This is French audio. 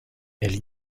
elle